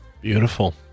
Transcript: Beautiful